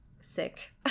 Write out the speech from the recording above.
sick